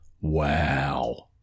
Wow